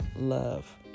love